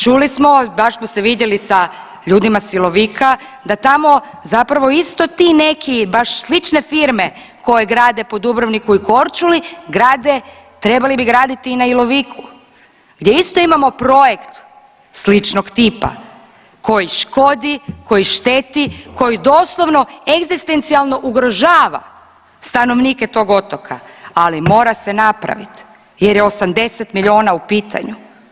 Čuli smo, baš smo se vidjeli sa ljudima s Ilovika, da tamo zapravo isto ti neki, baš slične firme koje grade po Dubrovniku i Korčuli, grade, trebali bi graditi i na Iloviku gdje isto imamo projekt sličnog tipa koji škodi, koji šteti, koji doslovno egzistencijalno ugrožava stanovnike tog otoka, ali mora se napraviti jer je 80 milijuna u pitanju.